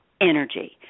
energy